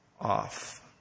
off